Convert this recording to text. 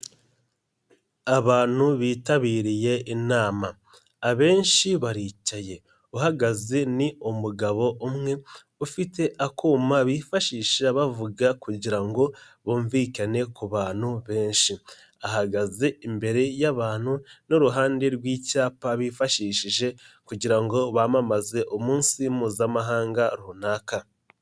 Abantu bitabiriye inama, abenshi baricaye, uhagaze ni umugabo umwe, ufite akuma bifashisha bavuga kugira ngo bumvikane ku bantu benshi, ahagaze imbere y'abantu n'uruhande rw'icyapa bifashishije kugira ngo bamamaze umunsi mpuzamahanga runaka.